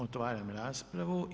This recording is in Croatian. Otvaram raspravu.